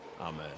amen